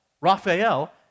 Raphael